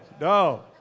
no